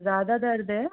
ज़्यादा दर्द है